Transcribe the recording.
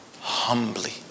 humbly